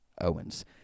Owens